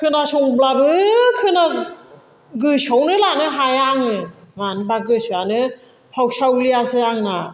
खोनासंब्लाबो गोसोआवनो लानो हाया आङो मानोबा गोसोआनो फावसावलियासो आंना